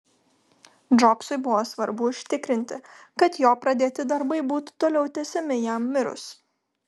džobsui buvo svarbu užtikrinti kad jo pradėti darbai būtų toliau tęsiami jam mirus